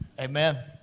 Amen